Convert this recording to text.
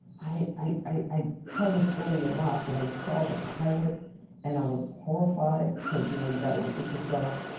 i i tell this story a lot that i saw the pilot and i was horrified cause you know you got to look at yourself,